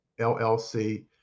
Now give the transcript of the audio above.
LLC